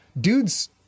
dude's